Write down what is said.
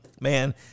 man